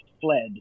fled